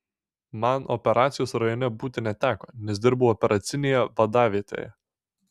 man operacijos rajone būti neteko nes dirbau operacinėje vadavietėje